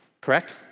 Correct